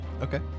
Okay